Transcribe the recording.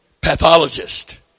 pathologist